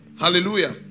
Hallelujah